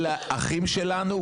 אלה האחים שלנו,